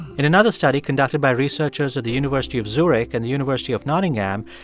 in another study conducted by researchers at the university of zurich and the university of nottingham,